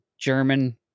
German